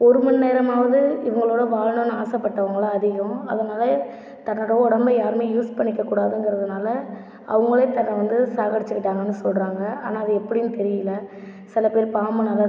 ஒரு மணி நேரமாது இவங்களோட வாழணும்னு ஆசைப்பட்டவங்களாம் அதிகம் அதனால் தன்னோட உடம்ப யாருமே யூஸ் பண்ணிக்க கூடாதுங்கிறதுனால் அவங்களே தன்னை வந்து சாவடிச்சிக்கிட்டாங்கன்னு சொல்கிறாங்க ஆனால் அது எப்படின்னு தெரியல சிலப்பேரு பாம்புனால்